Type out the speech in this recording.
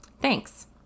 Thanks